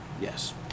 Yes